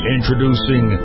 Introducing